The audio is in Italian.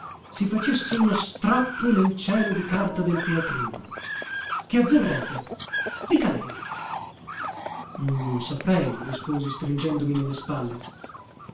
si facesse uno strappo nel cielo di carta del teatrino che avverrebbe dica lei non saprei risposi stringendomi ne le spalle